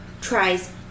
tries